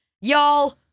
y'all